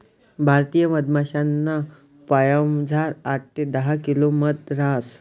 भारतीय मधमाशासना पोयामझार आठ ते दहा किलो मध रहास